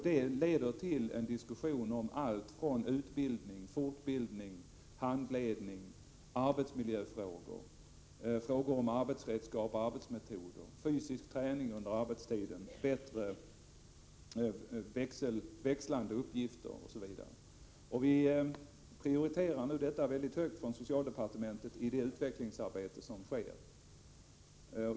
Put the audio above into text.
Det leder till en diskussion om allt: utbildning, fortbildning, handledning, arbetsmiljö, arbetsredskap, arbetsmetoder, fysisk träning under arbetstiden, mera omväxlande uppgifter osv. Viisocialdepartementet prioriterar nu detta mycket högt i det utvecklingsarbete som sker.